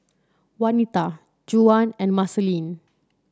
Wanita Juwan and Marceline